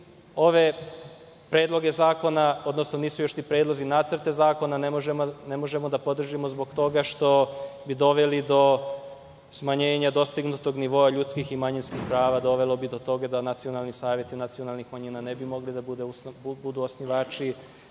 ove predloge zakona, odnosno nisu još ni predlozi, nacrte zakona ne možemo da podržimo zbog toga što bi doveli do smanjenja dostignutog nivoa ljudskih i manjinskih prava. Dovelo bi do toga da nacionalni saveti nacionalnih manjina ne bi mogli da budu osnivači